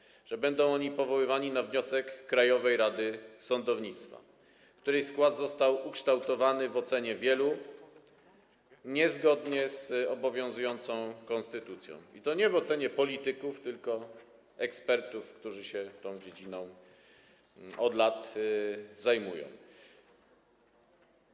Chodzi o to, że będą oni powoływani na wniosek Krajowej Rady Sądownictwa, której skład został ukształtowany w ocenie wielu niezgodnie z obowiązującą konstytucją, i to nie w ocenie polityków, tylko ekspertów, którzy się tą dziedziną zajmują od lat.